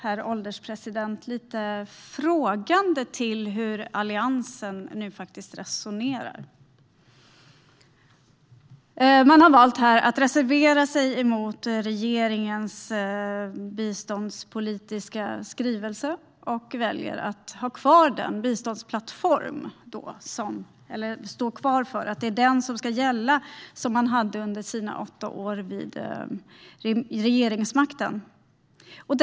Därför ställer jag mig lite frågande till hur Alliansen resonerar. De har valt att reservera sig mot regeringens biståndspolitiska skrivelse och står fast vid att det är den biståndsplattform som de hade under sina åtta år vid regeringsmakten som ska gälla.